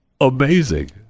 amazing